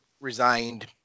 resigned